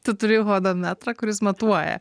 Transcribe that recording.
tu turi hodometrą kuris matuoja